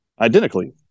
identically